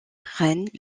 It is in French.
rennes